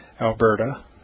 Alberta